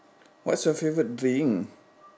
what's your favourite drink